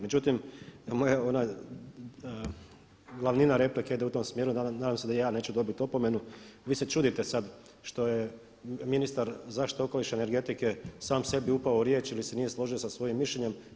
Međutim, moja ona glavnina replike ide u tom smjeru, nadam se da i ja neću dobiti opomenu, vi se čudite sada što je ministar zaštite okoliša i energetike sam sebi upao u riječ ili se nije složio sa svojim mišljenjem.